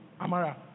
Amara